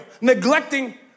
neglecting